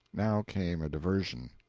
now came a diversion.